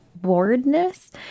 boredness